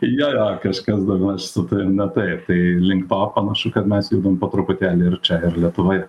jo jo kažkas daugmaž su tavim ne taip tai link to panašu kad mes judam po truputėlį ir čia ir lietuvoje